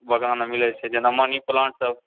बगानमे मिलैत छै जेना मनि प्लांट सब